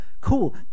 cool